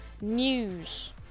news